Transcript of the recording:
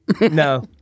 No